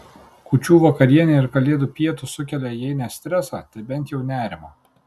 kūčių vakarienė ir kalėdų pietūs sukelia jei ne stresą tai bent jau nerimą